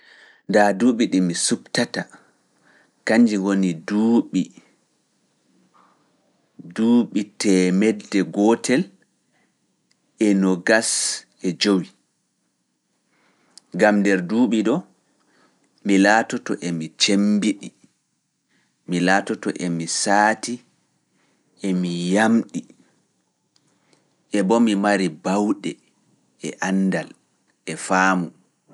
Ndaa duuɓi ɗi mi suɓtata, kanji woni duuɓi nogas e jowi. Gam nder duuɓi ɗo, mi laatoto e mi cemmbiɗi, mi laatoto e mi saati, e mi yamɗi, e boo mi mari bawɗe, e anndal, e faamu.